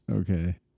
Okay